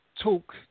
talk